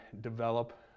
develop